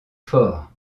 forts